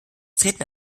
treten